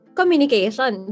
communication